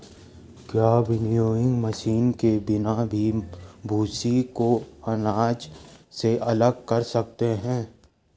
क्या winnowing machine के बिना भी भूसी को अनाज से अलग कर सकते हैं?